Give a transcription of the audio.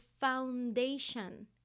foundation